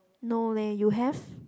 no leh you have